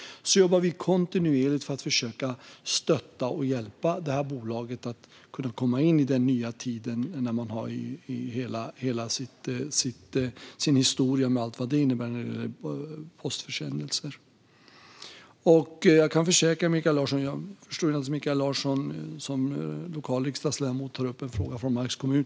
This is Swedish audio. Vi jobbar kontinuerligt för att försöka stötta och hjälpa bolaget att komma in i den nya tiden - man har ju hela sin historia med postförsändelser och allt vad det innebär. Jag förstår naturligtvis att Mikael Larsson som lokal riksdagsledamot tar upp en fråga från Marks kommun.